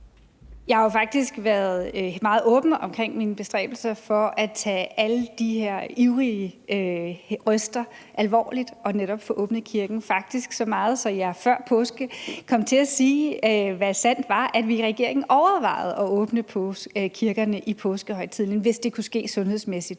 Jeg har jo faktisk været meget åben om min bestræbelse for at tage alle de her ivrige røster alvorligt og netop få åbnet kirken; faktisk så meget, at jeg før påske kom til at sige, hvad sandt var, at vi i regeringen overvejede at åbne kirkerne i påskehøjtiden, hvis det kunne ske sundhedsmæssigt